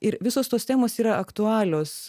ir visos tos temos yra aktualios